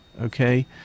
okay